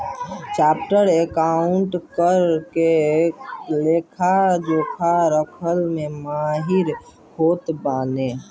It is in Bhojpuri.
चार्टेड अकाउंटेंट कर के लेखा जोखा रखला में माहिर होत बाने